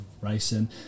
racing